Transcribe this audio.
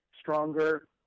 stronger